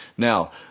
Now